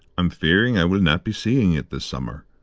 i'm fearing i will not be seeing it this summer.